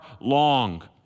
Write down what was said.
long